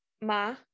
Ma